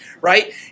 right